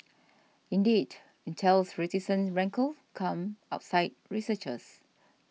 indeed Intel's reticence rankled come outside researchers